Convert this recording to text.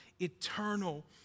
eternal